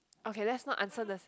okay let's not answer the